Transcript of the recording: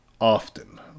often